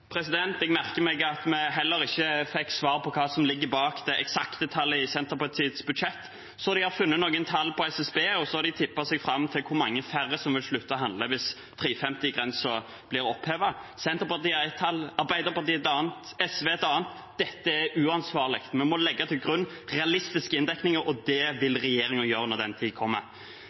Jeg merker meg at vi heller ikke fikk svar på hva som ligger bak det eksakte tallet i Senterpartiets budsjett. De har funnet noen tall hos SSB, og så har de tippet seg fram til hvor mange færre som vil slutte å handle hvis 350-kronersgrensen blir opphevet. Senterpartiet har ett tall, Arbeiderpartiet et annet og SV et annet. Dette er uansvarlig. Vi må legge til grunn realistiske inndekninger, og det vil regjeringen gjøre når den tid kommer.